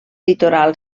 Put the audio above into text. litoral